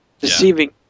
deceiving